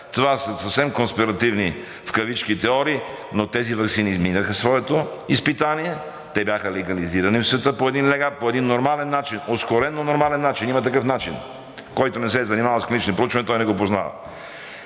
Това са съвсем конспиративни в кавички теории, но тези ваксини изминаха своето изпитание, те бяха легализирани в света по един нормален начин, ускорено нормален начин – има такъв начин. Който не се занимавал с клинични проучвания, той не го познава.